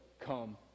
come